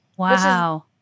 Wow